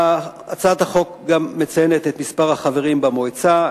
הצעת החוק גם מציינת את מספר החברים במועצה,